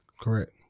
correct